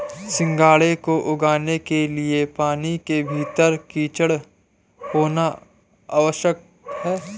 सिंघाड़े को उगाने के लिए पानी के भीतर कीचड़ होना आवश्यक है